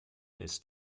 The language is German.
ist